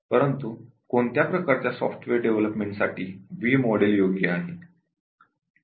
परंतु कोणत्या प्रकारच्या सॉफ्टवेअर डेव्हलपमेंट साठी व्ही मॉडेल योग्य आहे